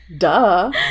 Duh